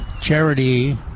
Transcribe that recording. charity